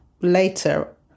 Later